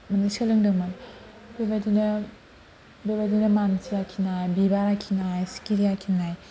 माने सोलोंदोंमोन बेबादिनो बेबादिनो मानसि आखिनाय बिबार आखिनाय सिखिरि आखिनाय